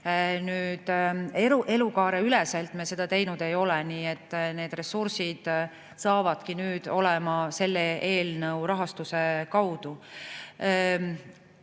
Elukaareüleselt me seda teinud ei ole, nii et need ressursid saavadki nüüd olema selle eelnõu rahastuse kaudu.